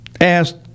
asked